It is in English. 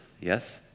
Yes